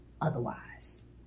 otherwise